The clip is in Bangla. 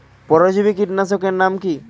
পরজীবী কীটনাশকের নাম কি?